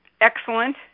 excellent